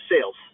sales